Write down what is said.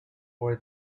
for